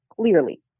clearly